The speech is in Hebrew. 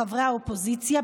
חברי האופוזיציה,